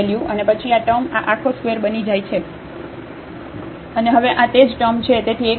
અને પછી આ ટર્મ આ આખો ² બની જાય છે અને હવે આ તે જ ટર્મ છે તેથી એક રદ થશે